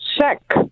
check